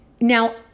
Now